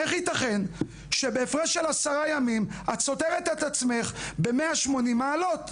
איך ייתכן שבהפרש של עשרה ימים את סותרת עצמך ב-180 מעלות?